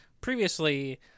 previously